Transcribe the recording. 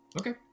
Okay